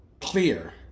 clear